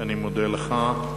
אני מודה לך.